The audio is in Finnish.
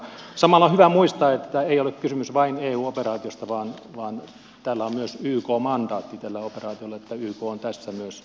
samalla on hyvä muistaa että ei ole kysymys vain eu operaatiosta vaan tälle operaatiolle on myös ykn mandaatti että yk on tässä myös järjestönä taustalla